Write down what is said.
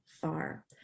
far